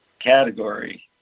category